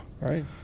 right